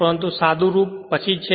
પરંતુ સાદુરૂપ પછી છે